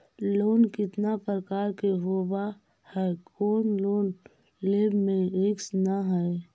Loan कितना प्रकार के होबा है कोन लोन लेब में रिस्क न है?